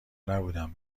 نبودم